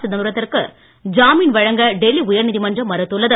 சிதம்பரத்திற்கு ஜாமீன் வழங்க டெல்லி உயர்நீதிமன்றம் மறுத்துள்ளது